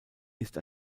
ist